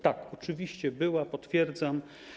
Tak, oczywiście, była, potwierdzam.